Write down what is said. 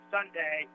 Sunday